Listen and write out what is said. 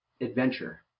adventure